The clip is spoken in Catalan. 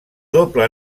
doble